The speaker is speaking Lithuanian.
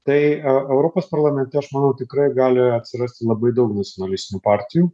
tai europos parlamente aš manau tikrai gali atsirasti labai daug nacionalistinių partijų